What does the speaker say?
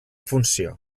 funció